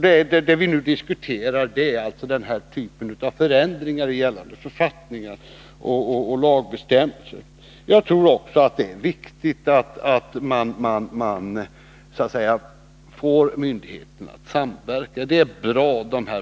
detta. Det vi nu diskuterar är den här typen av förändringar i gällande författningar och lagbestämmelser. Jag tror att det är viktigt att man får myndigheterna att samverka.